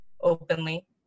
openly